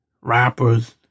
Rappers